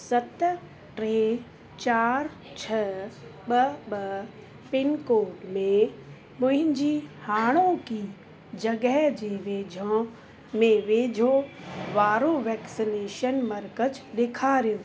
सत टे चारि छह ॿ ॿ पिनकोड में मुहिंजी हाणोकी जॻह जे वेझो में वेझो वारो वैक्सनेशन मर्कज़ ॾेखारियो